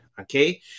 Okay